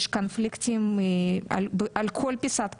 יש קונפליקטים על כל פיסת קרקע.